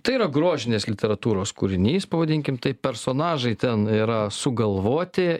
tai yra grožinės literatūros kūrinys pavadinkim taip personažai ten yra sugalvoti